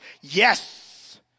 Yes